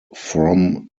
from